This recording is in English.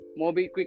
MobiQuick